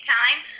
time